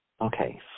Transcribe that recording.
Okay